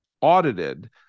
audited